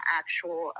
actual